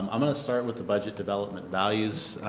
um um and start with the budget development values.